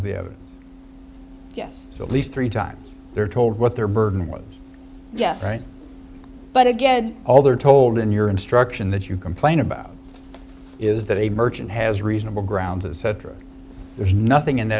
the yes so at least three times they're told what their burden with yes but again all they're told in your instruction that you complain about is that a merchant has reasonable grounds and cetera there's nothing in th